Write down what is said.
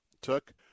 took